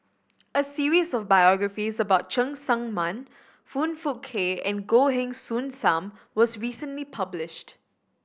a series of biographies about Cheng Tsang Man Foong Fook Kay and Goh Heng Soon Sam was recently published